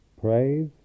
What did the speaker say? praise